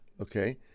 okay